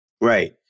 Right